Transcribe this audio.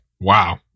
Wow